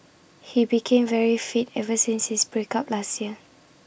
he became very fit ever since his break up last year